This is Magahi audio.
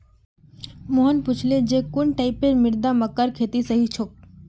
मोहन पूछले जे कुन टाइपेर मृदा मक्कार खेतीर सही छोक?